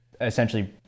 essentially